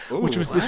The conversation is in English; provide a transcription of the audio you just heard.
which was